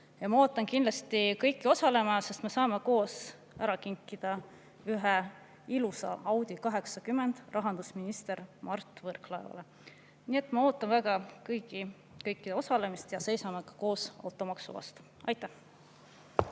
Ma ootan kindlasti kõiki osalema, sest me saame koos ära kinkida ühe ilusa Audi 80 rahandusminister Mart Võrklaevale. Nii et ma ootan väga kõigi osalemist. Seisame koos automaksu vastu! Aitäh!